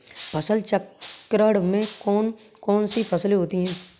फसल चक्रण में कौन कौन सी फसलें होती हैं?